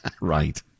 Right